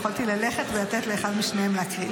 יכולתי ללכת ולתת לאחד משניהם להקריא.